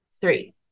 three